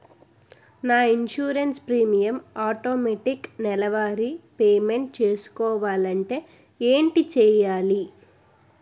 నా insurance premium automatic నెలవారి payment చేసుకోవాలంటే ఏంటి చేయాలి?